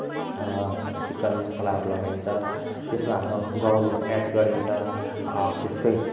chicken मसालाहरू लगाइन्छ त्यसमा हाम्रो गाउँले एड गरिन्छ त्यसकै